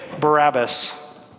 Barabbas